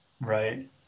Right